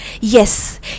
Yes